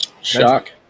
Shock